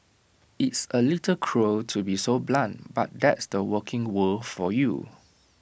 it's A little cruel to be so blunt but that's the working world for you